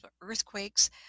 earthquakes